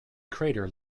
crater